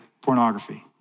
pornography